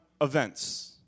events